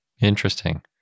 Interesting